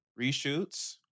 reshoots